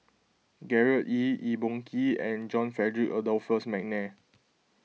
Gerard Ee Eng Boh Kee and John Frederick Adolphus McNair